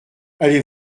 allez